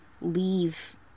leave